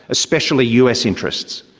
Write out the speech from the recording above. especially us interests.